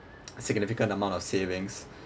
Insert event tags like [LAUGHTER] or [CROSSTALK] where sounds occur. [NOISE] significant amount of savings